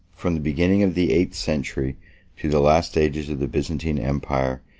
from the beginning of the eighth century to the last ages of the byzantine empire,